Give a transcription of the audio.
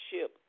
ship